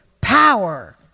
power